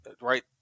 right